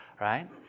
right